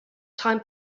time